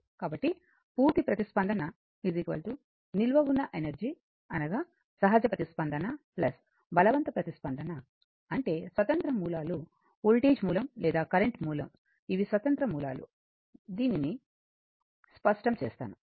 కాబట్టి పూర్తి స్పందన నిల్వ ఉన్న ఎనర్జీ అనగా సహజ ప్రతిస్పందన బలవంత ప్రతిస్పందన అంటే స్వతంత్ర మూలాలు వోల్టేజ్ మూలం లేదా కరెంటు మూలం ఇవి స్వతంత్ర మూలాలు దీనిని శుభ్రం చేస్తాను